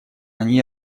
они